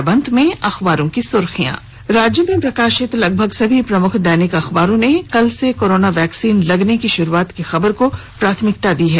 अखबारों की सुर्खियां राज्य में प्रकाशित लगभग सभी प्रमुख दैनिक अखबारों ने कल से कारोना वैक्सीन लगने की शुरूआत की खबर को प्राथमिकता के साथ प्रकाशित किया है